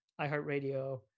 iHeartRadio